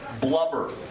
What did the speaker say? blubber